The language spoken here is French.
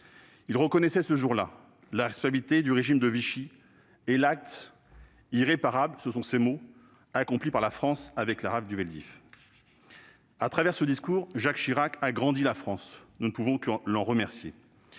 Il reconnaissait ce jour-là la responsabilité du régime de Vichy et l'acte « irréparable »- ce sont ses mots - accompli par la France avec la rafle du Vel d'Hiv. Jacques Chirac, par ce discours, a grandi la France. Nous ne pouvons que l'en remercier.